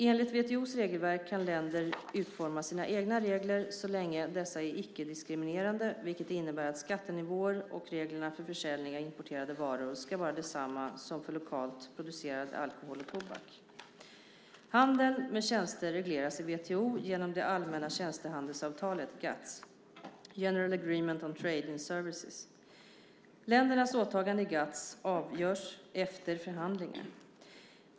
Enligt WTO:s regelverk kan länder utforma sina egna regler så länge dessa är icke-diskriminerande, vilket innebär att skattenivåer och reglerna för försäljning av importerade varor ska vara desamma som för lokalt producerad alkohol och tobak. Handeln med tjänster regleras i WTO genom det allmänna tjänstehandelsavtalet, GATS . Ländernas åtagande i GATS avgörs efter förhandlingar.